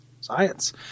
Science